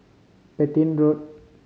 Petain Road